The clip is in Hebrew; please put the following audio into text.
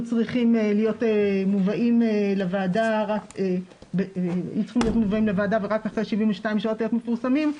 צריכים להיות מובאים לוועדה ורק אחרי 72 שעות להיות מפורסמים,